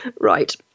Right